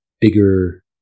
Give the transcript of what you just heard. bigger